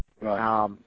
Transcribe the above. Right